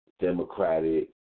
Democratic